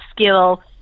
skill